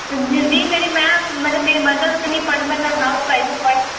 तो जी मेरी मैम मतलब मेरी मदर उतनी पढ़ी मतलब हाउस वाइफ है